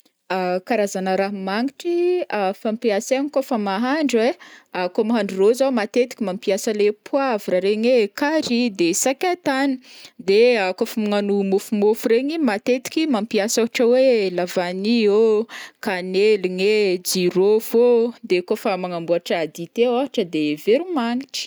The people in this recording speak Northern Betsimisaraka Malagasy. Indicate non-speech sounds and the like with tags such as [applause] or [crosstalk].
[hesitation] karazana raha magnitry [hesitation] fampiasaigny kaofa mahandro ai, [hesitation] kao mahandro rô zao matetiky mampiasa leha poivre regny ee, cary de sakay tany, de [hesitation] kaofa magnano môfomôfo regny matetiky mampiasa ohatra hoe lavany ô, kaneligny e, jirôfo ô, de kaofa magnamboatra dité ohatra de veromagnitry.